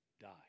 die